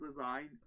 design